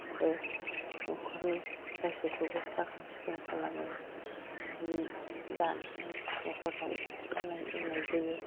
आरो न'खरनि गासैखौबो साखोन सिखोन खालामो सि दानानै न'खराव गाननाय जोमनाय होयो